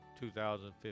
2015